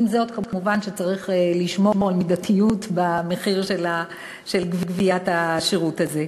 ועם זאת צריך כמובן לשמור על מידתיות במחיר של השירות הזה.